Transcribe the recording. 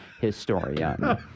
historian